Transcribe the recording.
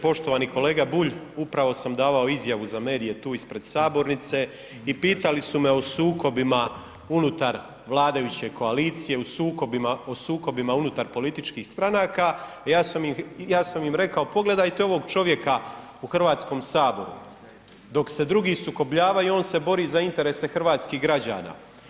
Poštovani kolega Bulj, upravo sam davao izjavu za medije tu ispred sabornice i pitali su me o sukobima unutar vladajuće koalicije, o sukobima unutar političkih stranaka a ja sam im rekao, pogledajte ovog čovjeka u Hrvatskom saboru dok se drugi sukobljavaju on se bori za interese hrvatskih građana.